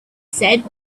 said